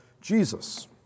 Jesus